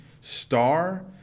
star